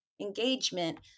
engagement